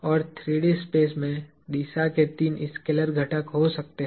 और 3 D space में दिशा में तीन स्केलर घटक हो सकते हैं